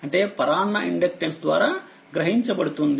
అంటే పరాన్న ఇండక్టెన్స్ ద్వారా గ్రహించబడుతుంది